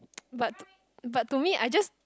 but but to me I just